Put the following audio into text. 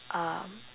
um